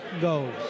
goes